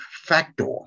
factor